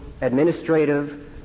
administrative